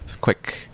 Quick